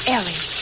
Ellie